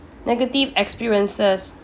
negative experiences